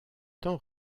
temps